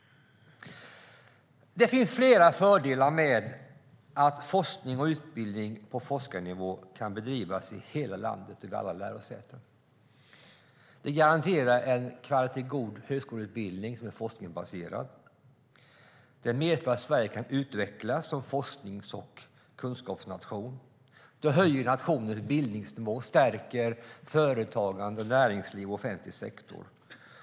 Det finns flera fördelar med att forskning och utbildning på forskarnivå kan bedrivas i hela landet och vid alla lärosäten. Det garanterar en god högskoleutbildning som är forskningsbaserad. Det medför att Sverige kan utvecklas som forsknings och kunskapsnation. Det höjer nationens bildningsnivå samt stärker företagande, näringsliv och offentlig sektor.